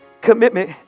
commitment